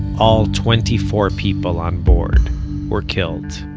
all twenty-four people on board were killed